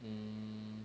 um